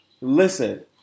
Listen